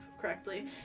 correctly